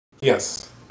Yes